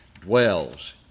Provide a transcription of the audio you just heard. dwells